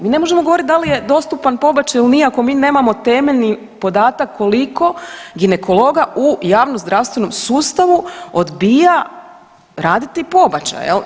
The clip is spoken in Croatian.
Mi ne možemo govoriti da li je dostupan pobačaj ili nije ako mi nemamo temeljni podatak koliko ginekologa u javnozdravstvenom sustavu odbija raditi pobačaj, je li?